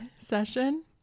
session